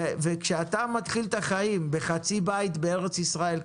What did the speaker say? כשאתה מתחיל את החיים בחצי בית בארץ ישראל,